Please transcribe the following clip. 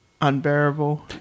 Unbearable